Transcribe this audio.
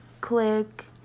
Click